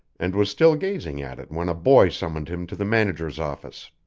and was still gazing at it when a boy summoned him to the manager's office.